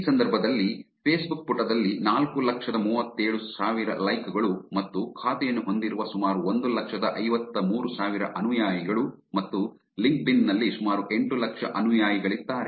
ಈ ಸಂದರ್ಭದಲ್ಲಿ ಫೇಸ್ಬುಕ್ ಪುಟದಲ್ಲಿ ನಾಲ್ಕು ಲಕ್ಷದ ಮೂವತ್ತೇಳು ಸಾವಿರ ಲೈಕ್ ಗಳು ಮತ್ತು ಖಾತೆಯನ್ನು ಹೊಂದಿರುವ ಸುಮಾರು ಒಂದು ಲಕ್ಷದ ಐವತ್ತಮೂರು ಸಾವಿರ ಅನುಯಾಯಿಗಳು ಮತ್ತು ಲಿಂಕ್ಡ್ಇನ್ ನಲ್ಲಿ ಸುಮಾರು ಎಂಟು ಲಕ್ಷ ಅನುಯಾಯಿಗಳಿದ್ದಾರೆ